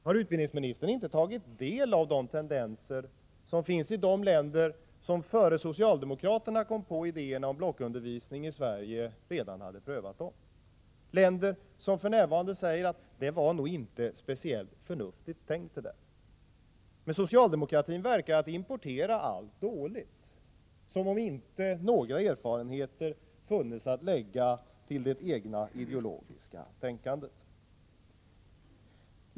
Har utbildningsministern inte tagit del av de tendenser som finns i de länder som — innan socialdemokraterna kom på idéerna om blockundervisning i Sverige — redan hade prövat blockundervisning? I dessa länder säger man nu att det nog inte var speciellt förnuftigt tänkt. Men det verkar som om socialdemokratin importerar allt dåligt, som om inte några erfarenheter funnits att lägga till det ideologiska tänkandet.